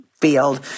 field